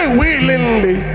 willingly